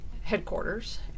headquarters